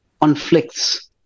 conflicts